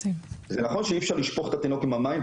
זה נכון שאי אפשר לשפוך את התינוק עם המים,